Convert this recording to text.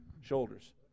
shoulders